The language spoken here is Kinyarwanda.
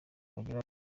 bagera